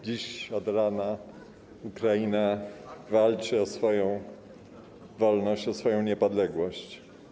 Dziś od rana Ukraina walczy o swoją wolność, o swoją niepodległość.